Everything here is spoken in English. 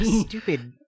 stupid